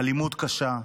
אלימות קשה,